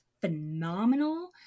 phenomenal